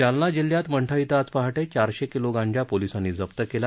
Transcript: जालना जिल्ह्यात मंठा इथं आज पहाटे चारशे किलो गांजा पोलिसांनी जप्त केला